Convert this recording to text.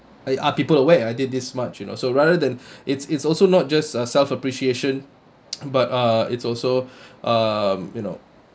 are people aware I did this much you know so rather than it's it's also not just uh self appreciation but uh it's also um you know